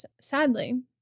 sadly